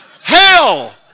hell